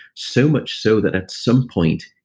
so much so that at some point,